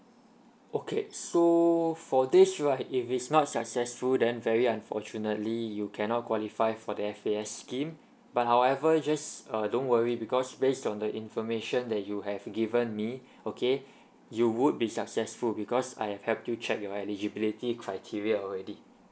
okay so for this right if it's not successful then very unfortunately you cannot qualify for the F_A_S scheme but however just uh don't worry because based on the information that you have given me okay you would be successful because I have helped you check your eligibility criteria already